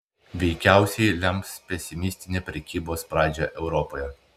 veikiausiai lems pesimistinę prekybos pradžią europoje